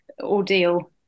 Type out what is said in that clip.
ordeal